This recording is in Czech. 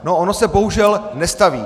No, ono se bohužel nestaví.